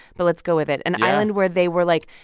but let's go with it an island where they were, like,